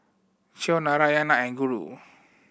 Choor Narayana and Guru